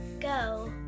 go